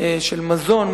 של מזון,